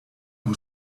who